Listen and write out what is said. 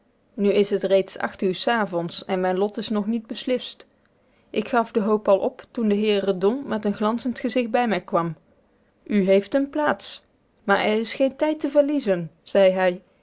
nu is het reeds acht uur s avonds en mijn lot is nog niet beslist ik gaf de hoop al op toen de heer redon met een glanzend gezicht bij mij kwam u heeft een plaats maar er is geen tijd te verliezen zei hij